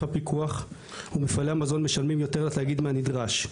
הפיקוח ומפעלי המזון משלמים יותר לתאגיד מהנדרש.